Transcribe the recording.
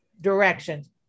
directions